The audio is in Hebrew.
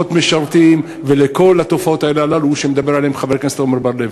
המשרתים ולכל התופעות הללו שמדבר עליהן חבר הכנסת עמר בר-לב?